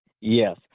Yes